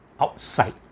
outside